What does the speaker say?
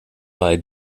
bei